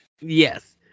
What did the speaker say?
Yes